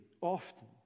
often